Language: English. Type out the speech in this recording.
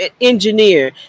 engineer